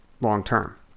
long-term